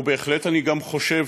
ובהחלט גם אני חושב,